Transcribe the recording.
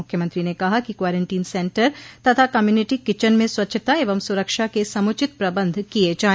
मुख्यमंत्री ने कहा कि क्वारंटीन सेन्टर तथा कम्यूनिटी किचन में स्वच्छता एवं सुरक्षा के समुचित प्रबन्ध किए जाए